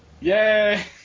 Yay